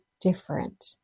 different